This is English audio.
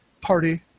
party